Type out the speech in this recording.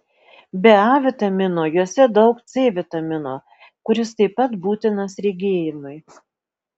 be a vitamino juose daug c vitamino kuris taip pat būtinas regėjimui